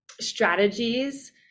strategies